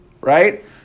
right